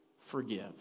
forgive